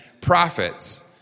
prophets